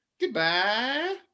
Goodbye